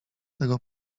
tego